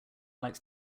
likes